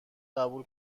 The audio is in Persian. قبول